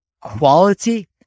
quality